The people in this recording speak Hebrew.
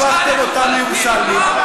הפכתם אותם לירושלמים.